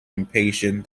impatient